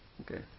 Okay